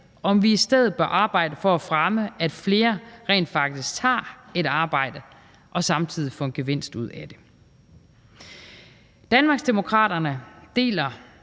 om vi i stedet bør arbejde for at fremme, at flere rent faktisk tager et arbejde og samtidig får en gevinst ud af det. Danmarksdemokraterne deler